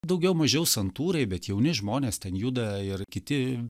daugiau mažiau santūriai bet jauni žmonės ten juda ir kiti